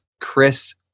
Chris